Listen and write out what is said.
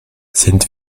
sind